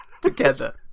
Together